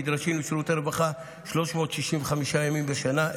נדרשים לשירותי רווחה 365 ימים בשנה,